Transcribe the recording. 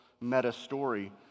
meta-story